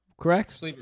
correct